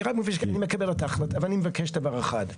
אני מקבל את ההחלטה, אבל אני מבקש דבר אחד.